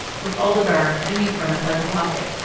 with aldebaran hanging from it like a locket.